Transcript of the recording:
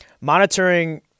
monitoring